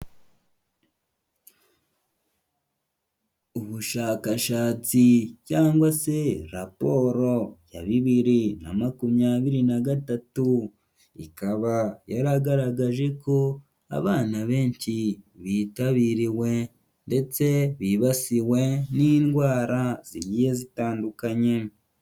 Ubushakashatsi cyangwa se raporo ya bibiri na makumyabiri na gatatu, ikaba yaragaragaje ko abana benshi bitabiriwe ndetse bibasiwe n'indwara zigiye zitandukanye.